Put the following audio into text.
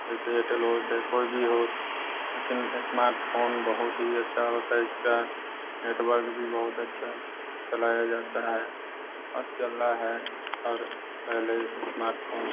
जैसे एयरटेल हो चाहे कोई भी हो लेकिन स्मार्टफोन बहुत ही अच्छा होता है इसका नेटवर्क भी बहुत अच्छा चलाया जाता है और चल रहा है और पहले स्मार्टफोन